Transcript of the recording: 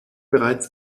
bereits